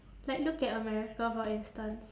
like look at america for instance